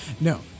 No